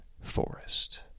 Forest